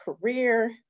career